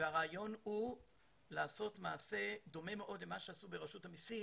הרעיון הוא לעשות מעשה דומה מאוד למה שעשו ברשות המסים